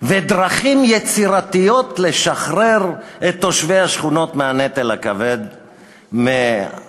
ודרכים יצירתיות לשחרר את תושבי השכונות מהנטל הכבד מנשוא,